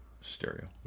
stereo